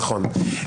נכון.